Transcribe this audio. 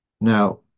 Now